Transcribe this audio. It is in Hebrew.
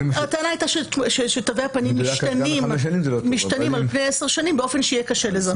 הטענה הייתה שתווי הפנים משתנים על פני עשר שנים באופן שיהיה קשה לזהות.